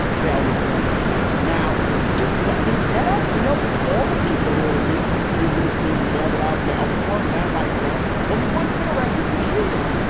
bail reform is his answer now, but it just doesn't add up. we know all the people who are released who would have stayed in jail without bail reform and as i said, only once been arrested for shooting